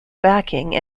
backing